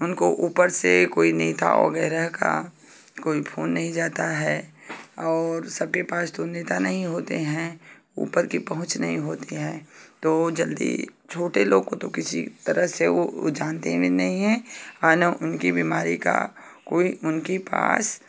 उनको ऊपर से कोई नेता वगैरह का कोई फोन नहीं जाता है और सबके पास तो नेता नहीं होते हैं ऊपर की पहुँच नहीं होती है तो जल्दी छोटे लोग को तो किसी तरह से उ जानते भी नहीं हैं आना उनकी बीमारी का कोई उनकी पास